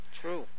True